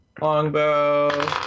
Longbow